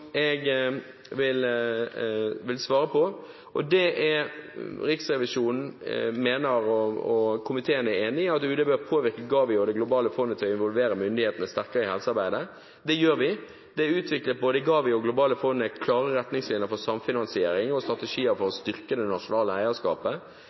jeg vil svare på. Riksrevisjonen mener – og komiteen er enig i – at UD bør påvirke GAVI og Det globale fondet til å involvere myndighetene sterkere i helsearbeidet. Det gjør vi. Det er både i GAVI og i Det globale fondet utviklet klare retningslinjer for samfinansiering og strategier for